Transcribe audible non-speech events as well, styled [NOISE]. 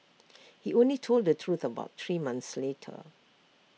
[NOISE] he only told the truth about three months later